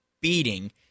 beating